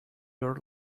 your